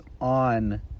on